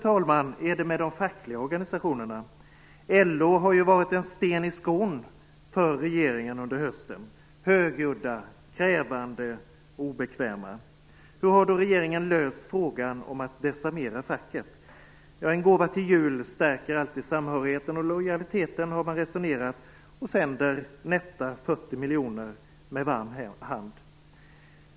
Det är annorlunda med de fackliga organisationerna. LO har ju varit en sten i skon för regeringen under hösten. De har varit högljudda, krävande och obekväma. Hur har då regeringen löst frågan om att desarmera facket? Ja, en gåva till jul stärker alltid samhörigheten och lojaliteten, har man resonerat, och sänder nätta 40 miljoner med varm hand.